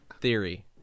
theory